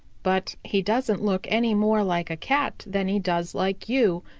but he doesn't look any more like a cat than he does like you,